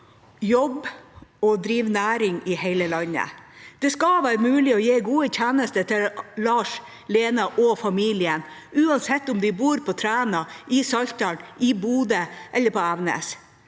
jobbe og drive næring i hele landet. Det skal være mulig å gi gode tjenester til Lars, Lena og familien, uansett om de bor på Træna, i Saltdal, i Bodø eller på Evenes.